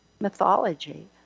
mythology